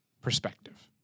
perspective